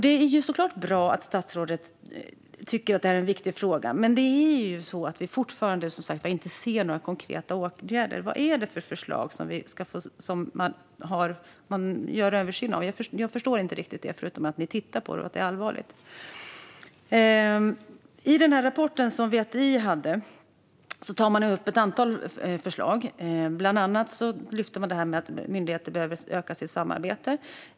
Det är såklart bra att statsrådet tycker att det är en viktig fråga, men vi ser fortfarande inte några konkreta åtgärder. Vad är det för förslag som man ska göra en översyn av? Jag förstår inte riktigt det, förutom att ni tittar på frågan och anser att den är allvarlig. I rapporten från VTI finns ett antal förslag, bland annat att myndigheter behöver öka sitt samarbete.